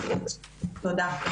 תודה.